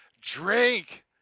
Drink